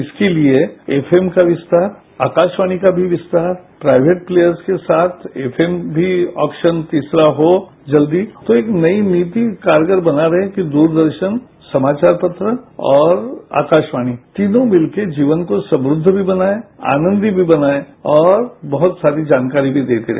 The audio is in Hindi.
इसके लिए एफएम का विस्तार आकाशवाणी का भी विस्तार प्राइवेट लेयर के साथ एफएम भी ऑपरान भी तीसरा हो जल्दी तो एक नई नीति कारगर बना रहे कि दूरदर्दर्दन समाचार पत्र और आकारावानी तीनों मिलकर जीवन को समृद्ध भी बनाए आनदमयी भी बनाए और बहुत सारी जानकारी भी देते रहे